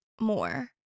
more